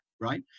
Right